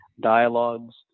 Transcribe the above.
dialogues